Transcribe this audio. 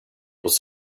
was